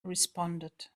responded